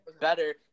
better